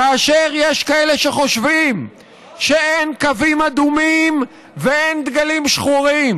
כאשר יש כאלה שחושבים שאין קווים אדומים ואין דגלים שחורים,